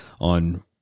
on